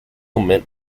mint